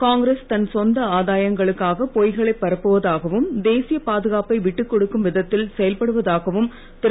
காங்கிரஸ் தன் சொந்த ஆதாயங்களுக்காக பொய்களைப் பரப்புவதாகவும் தேசிய பாதுகாப்பை விட்டுக் கொடுக்கும் வித்ததில் செயல்படுவதாகவும் திரு